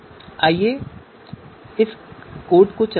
आइए इस कोड को चलाते हैं